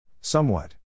Somewhat